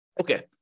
Okay